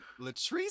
latrice